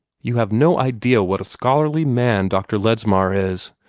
you have no idea what a scholarly man dr. ledsmar is,